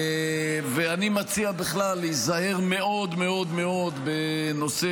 אני מציע בכלל להיזהר מאוד מאוד מאוד בנושא